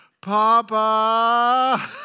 Papa